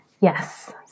Yes